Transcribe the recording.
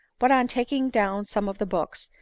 but, on taking down some of the books,